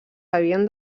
havien